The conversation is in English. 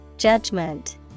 Judgment